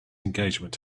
engagement